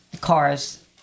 cars